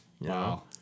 Wow